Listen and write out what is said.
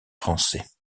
français